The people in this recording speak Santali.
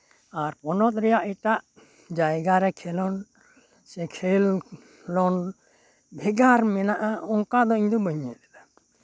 ᱟᱨ ᱯᱚᱱᱚᱛ ᱨᱮᱭᱟᱜ ᱮᱴᱟᱜ ᱡᱟᱭᱜᱟᱨᱮ ᱠᱷᱮᱞᱳᱰ ᱥᱮ ᱠᱷᱮᱞ ᱞᱚᱱᱰ ᱵᱷᱮᱜᱟᱨ ᱢᱮᱱᱟᱜᱼᱟ ᱚᱱᱠᱟ ᱫᱚ ᱤᱧ ᱫᱚ ᱵᱟᱹᱧ ᱧᱮᱞᱫᱟ